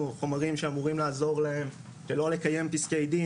חומרים שאמורים לעזור להם שלא לקיים פסקי דין,